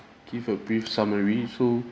give a brief summary so